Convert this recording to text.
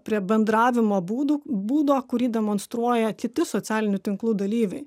prie bendravimo būdų būdo kurį demonstruoja kiti socialinių tinklų dalyviai